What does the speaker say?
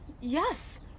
Yes